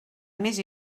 més